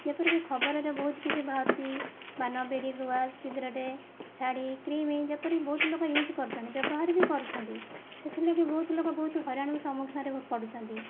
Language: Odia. ଯେପରିକି ଖବରରେ ବହୁତ କିଛି ବାହାରୁଛି ପାନ ବିଡ଼ି ଗୁଆ ସିଗିରେଟେ ଶାଢ଼ୀ କ୍ରିମ୍ ଯେପରି ବହୁତ ଲୋକ ୟୁଜ କରୁଛନ୍ତି ବ୍ୟବହାର ବି କରୁଛନ୍ତି ସେଥିଲାଗି ବହୁତ ଲୋକ ବହୁତ ହଇରାଣର ସମ୍ମୁଖୀନରେ ପଡ଼ୁଛନ୍ତି